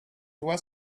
was